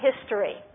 history